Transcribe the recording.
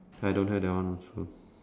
I don't have that one also